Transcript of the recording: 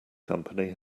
company